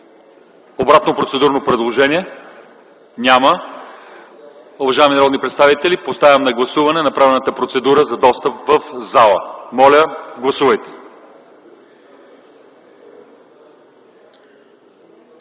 Обратно процедурно предложение? Няма. Уважаеми народни представители, поставям на гласуване направената процедура за достъп в залата. Моля, гласувайте!